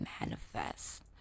manifest